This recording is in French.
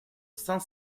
cinq